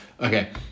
Okay